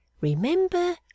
remember